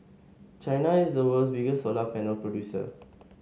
China is the world's biggest solar panel producer